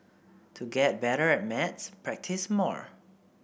to get better at maths practise more